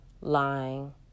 lying